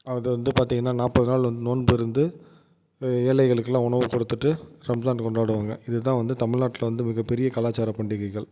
அது வந்து பார்த்திங்கன்னா நாற்பது நாள் வந்து நோன்பு இருந்து ஏழைகளுக்கெலாம் உணவு கொடுத்துட்டு ரம்ஜான் கொண்டாடுவாங்க இது தான் வந்து தமிழ்நாட்டில் வந்து மிகப்பெரிய கலாச்சார பண்டிகைகள்